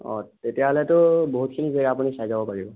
অঁ তেতিয়াহ'লেতো বহুতখিনি জেগা আপুনি চাই যাব পাৰিব